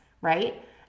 right